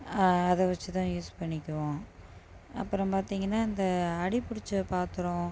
அதை வெச்சு தான் யூஸ் பண்ணிக்குவோம் அப்புறம் பார்த்தீங்கன்னா இந்த அடிபிடித்த பாத்திரம்